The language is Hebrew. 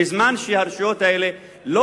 בזמן שהרשויות האלה לא